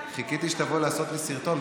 חיכיתי שתבואי לעשות לי סרטון,